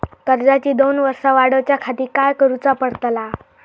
कर्जाची दोन वर्सा वाढवच्याखाती काय करुचा पडताला?